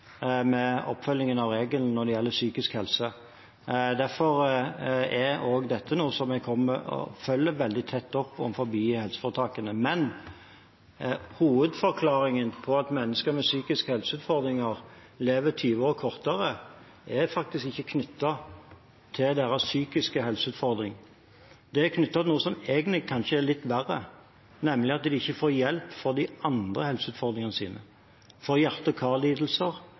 med oppfølgingen av regelen når det gjelder psykisk helse. Derfor er også dette noe som jeg følger veldig tett opp overfor helseforetakene. Men hovedforklaringen på at mennesker med psykiske helseutfordringer lever 20 år kortere, er faktisk ikke knyttet til deres psykiske helseutfordringer. Det er knyttet til noe som egentlig kanskje er litt verre, nemlig at de ikke får hjelp for de andre helseutfordringene sine – for